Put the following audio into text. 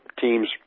teams